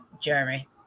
Jeremy